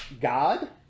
God